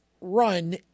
run